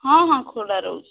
ହଁ ହଁ ଖୋଲା ରହୁଛି